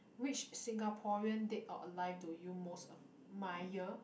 which singaporean dead or alive do you most admire